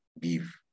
give